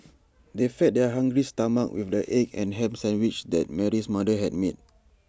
they fed their hungry stomachs with the egg and Ham Sandwiches that Mary's mother had made